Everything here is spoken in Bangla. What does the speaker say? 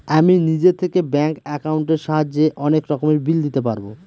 আমি নিজে থেকে ব্যাঙ্ক একাউন্টের সাহায্যে অনেক রকমের বিল দিতে পারবো